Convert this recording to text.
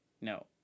No